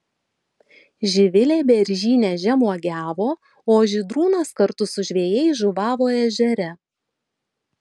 živilė beržyne žemuogiavo o žydrūnas kartu su žvejais žuvavo ežere